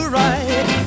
right